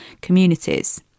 communities